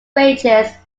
ranges